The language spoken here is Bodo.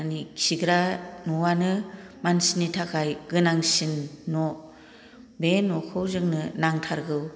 मानि खिग्रा न'आनो मानसिनि थाखाय गोनांसिन न' बे न'खौ जोंनो नांथारगोै